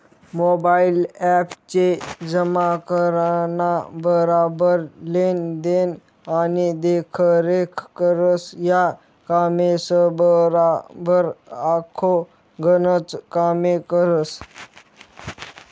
mobile app cheque जमा कराना बराबर लेन देन आणि देखरेख करस, या कामेसबराबर आखो गनच कामे करस